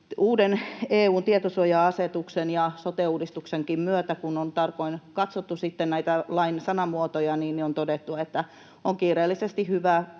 Uuden EU:n tietosuoja-asetuksen ja sote-uudistuksenkin myötä, kun on tarkoin katsottu sitten näitä lain sanamuotoja, on todettu, että on kiireellisesti hyvä